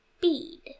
bead